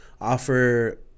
offer